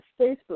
Facebook